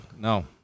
No